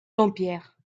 dampierre